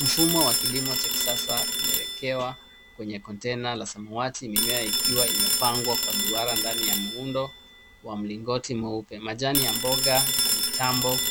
Mfumo wa kilimo cha kisasa umewekewa kwenye kontena la samawati mimea ikiwa imepangwa kwa duara ndani ya muundo wa mlingoti mweupe. Majani ya mboga na mitambo